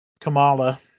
Kamala